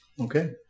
Okay